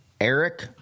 Eric